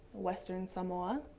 western samoa,